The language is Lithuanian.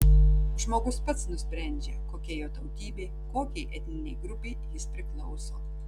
žmogus pats nusprendžia kokia jo tautybė kokiai etninei grupei jis priklauso